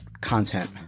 content